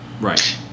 Right